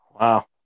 Wow